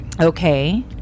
Okay